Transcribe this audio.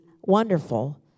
wonderful